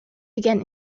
begin